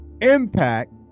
impact